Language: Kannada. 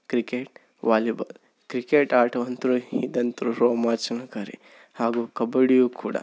ಕ್ರಿಕೆಟ್ ವಾಲಿಬಾಲ್ ಕ್ರಿಕೆಟ್ ಆಟವಂತೂ ಇದಂತೂ ರೋಮಾಂಚನಕಾರಿ ಹಾಗೂ ಕಬಡ್ಡಿಯೂ ಕೂಡ